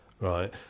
right